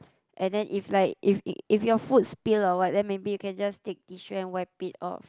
and then if like if if your food spill or what then maybe you can just take tissue and wipe it off